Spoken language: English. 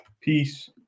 Peace